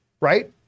right